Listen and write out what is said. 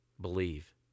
Believe